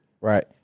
right